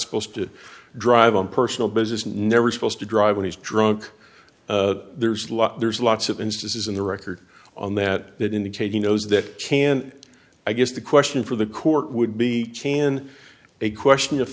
supposed to drive on personal business never supposed to drive when he's drunk there's a lot there's lots of instances in the record on that that indicate he knows that can't i guess the question for the court would be can a question of